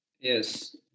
Yes